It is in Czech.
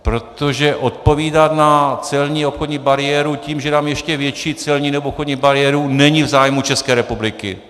Protože odpovídat na celní obchodní bariéru tím, že dám ještě větší celní nebo obchodní bariéru, není v zájmu České republiky.